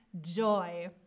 joy